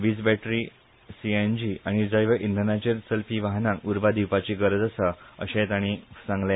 वीज battery CNG आनी जैव इंधनाचेर चलपी वाहनांक उर्बा दिवपाची गरज आसा अशेंय ताणी सांगले